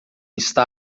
está